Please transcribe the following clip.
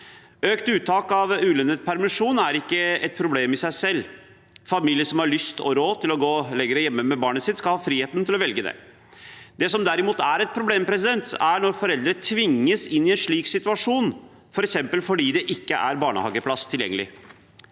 Økt uttak av ulønnet permisjon er ikke et problem i seg selv. Familier som har lyst og råd til å gå lenger hjemme med barnet sitt, skal ha friheten til å velge det. Det som derimot er et problem, er når foreldre tvinges inn i en slik situasjon, f.eks. fordi det ikke er barnehageplass tilgjengelig.